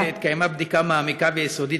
1. האם התקיימה בדיקה מעמיקה ויסודית